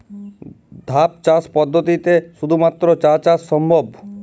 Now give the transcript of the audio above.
ধাপ চাষ পদ্ধতিতে শুধুমাত্র চা চাষ সম্ভব?